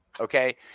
Okay